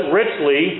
richly